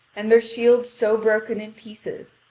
and their shields so broken in pieces,